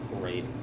great